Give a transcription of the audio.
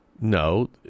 No